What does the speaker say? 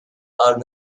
are